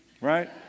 right